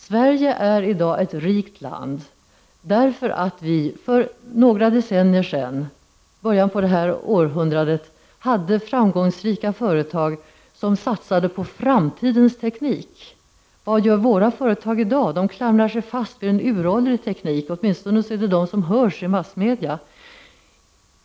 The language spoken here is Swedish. Sverige är i dag ett rikt land därför att vi för några decennier sedan, i början av detta århundrade, hade framgångsrika företag som satsade på framtidens teknik. Vad gör våra företag i dag? De klamrar sig fast vid en uråldrig teknik, åtminstone de som hörs i massmedia.